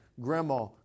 grandma